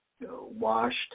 washed